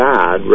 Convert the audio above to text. God